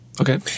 Okay